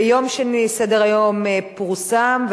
ביום שני סדר-היום פורסם,